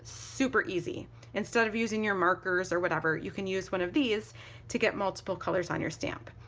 super easy instead of using your markers or whatever, you can use one of these to get multiple colors on your stamp.